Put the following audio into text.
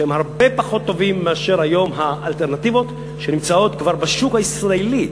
שהם הרבה פחות טובים מאשר האלטרנטיבות שכבר נמצאות היום בשוק הישראלי,